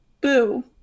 Boo